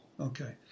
Okay